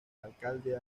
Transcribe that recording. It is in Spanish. alcalde